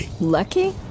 Lucky